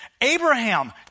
Abraham